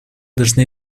должны